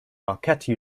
marquette